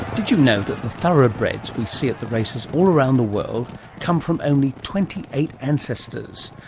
did you know that the thoroughbreds we see at the races all around the world come from only twenty eight ancestors?